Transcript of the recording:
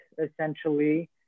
essentially